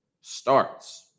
starts